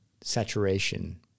saturation